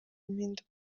impinduka